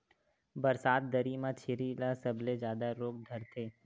बरसात दरी म छेरी ल सबले जादा रोग धरथे